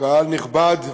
קהל נכבד,